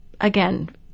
again